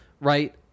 right